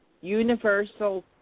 universal